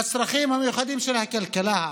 לצרכים המיוחדים של הכלכלה הערבית,